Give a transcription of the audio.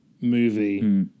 movie